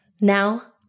now